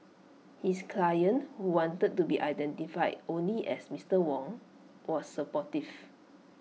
his client who wanted to be identified only as Mister Wong was supportive